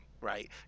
right